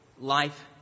life